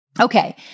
Okay